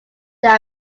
there